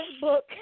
book